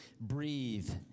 breathe